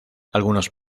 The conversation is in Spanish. algunos